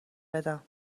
بدم